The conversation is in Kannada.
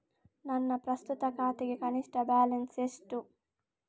ನನ್ನ ಪ್ರಸ್ತುತ ಖಾತೆಗೆ ಕನಿಷ್ಠ ಬ್ಯಾಲೆನ್ಸ್ ಎಷ್ಟು?